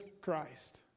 Christ